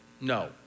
no